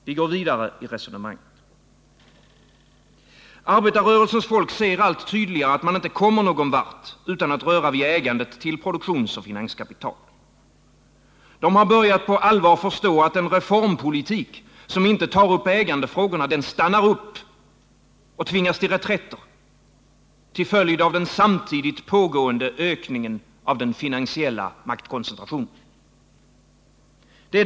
Vi går vidare i resonemanget. Arbetarrörelsens folk ser allt tydligare att man inte kommer någon vart utan att röra vid ägandet till produktionsoch finanskapital. De har börjat på allvar förstå att en reformpolitik som inte tar upp ägandefrågorna stannar upp och tvingas till reträtter till följd av den samtidigt pågående ökningen av den finansiella maktkoncentrationen.